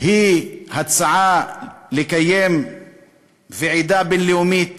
היא הצעה לקיים ועידה בין-לאומית